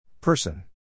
PERSON